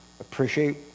appreciate